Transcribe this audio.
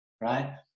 right